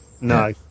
No